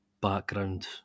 background